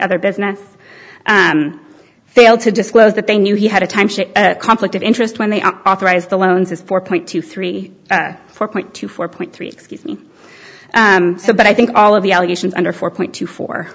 other business failed to disclose that they knew he had a time conflict of interest when they authorize the loans is four point two three four point two four point three excuse me but i think all of the allegations under four point two fo